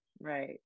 right